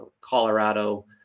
Colorado